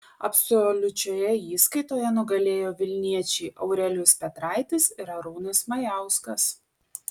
absoliučioje įskaitoje nugalėjo vilniečiai aurelijus petraitis ir arūnas majauskas